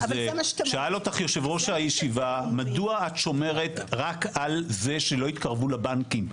שאל אותך יושב ראש הישיבה מדוע את שומרת רק על זה שלא יתקרבו לבנקים?